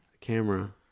camera